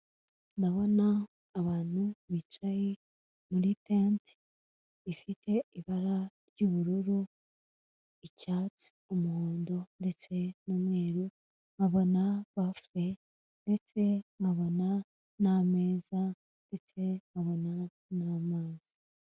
Ndabona abantu bicaye muri tente ifite ibara ry'ubururu, icyatsi, umuhondo ndetse n'umweru, nkabona bafure ndetse nkabona n'ameza ndetse nkabona n'amazi.